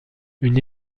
une